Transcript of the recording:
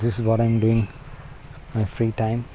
this what I am doing I am free time